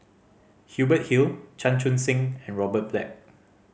Hubert Hill Chan Chun Sing and Robert Black